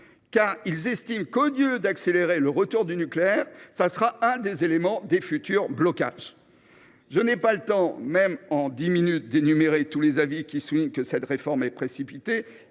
car ils estiment qu’au lieu d’accélérer le retour du nucléaire, elle constituera l’un des éléments des futurs blocages. Je n’ai pas le temps, même en dix minutes, d’énumérer tous les avis selon lesquels cette réforme est précipitée,